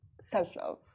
self-love